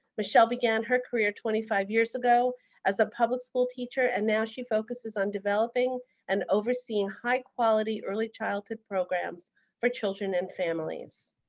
michelle began her career twenty five years ago as a public school teacher and now she focuses on developing and overseeing high quality early childhood programs for children and families.